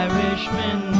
Irishmen